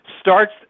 starts